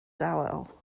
dawel